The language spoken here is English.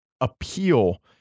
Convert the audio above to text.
appeal